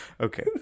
Okay